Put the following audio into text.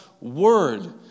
word